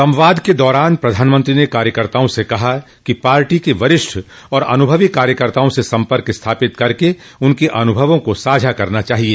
संवाद के दौरान प्रधानमंत्री ने कार्यकर्ताओं से कहा कि पार्टी के वरिष्ठ और अनुभवी कार्यकर्ताओं से सम्पर्क स्थापित कर उनके अनुभवों को साझा करना चाहिए